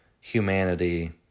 humanity